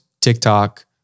TikTok